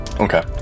Okay